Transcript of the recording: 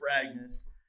fragments